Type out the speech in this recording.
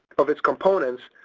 of its components.